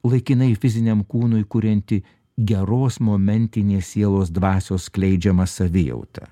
laikinai fiziniam kūnui kurianti geros momentinės sielos dvasios skleidžiamą savijautą